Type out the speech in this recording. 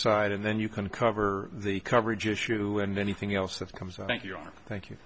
side and then you can cover the coverage issue and anything else that comes out thank you thank you